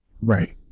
right